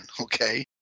okay